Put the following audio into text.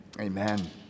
Amen